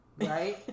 right